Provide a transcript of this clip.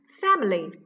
Family